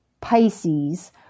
Pisces